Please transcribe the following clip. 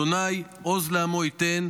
ה' עוז לעמו ייתן,